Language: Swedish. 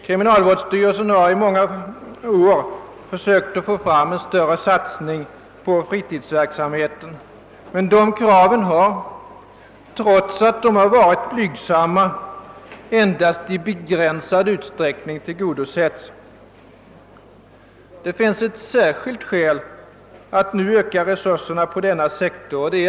Kriminalvårdsstyrelsen har i många år försökt få fram en större satsning på fritidsverksamheten, men de kraven har — trots att de varit blygsamma — endast i begränsad utsträckning tillgodosetts. Det finns nu ett särskilt skäl att öka resurserna på denna sektor.